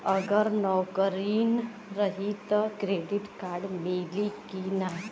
अगर नौकरीन रही त क्रेडिट कार्ड मिली कि ना?